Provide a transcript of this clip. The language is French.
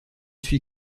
suis